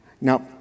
Now